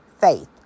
faith